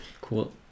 cool